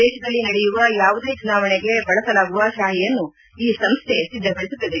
ದೇಶದಲ್ಲಿ ನಡೆಯುವ ಯಾವುದೇ ಚುನಾವಣೆಗೆ ಬಳಸಲಾಗುವ ಶಾಹಿಯನ್ನು ಈ ಸಂಸ್ಥೆ ಸಿದ್ಧಪಡಿಸುತ್ತದೆ